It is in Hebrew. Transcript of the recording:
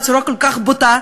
בצורה כל כך בוטה,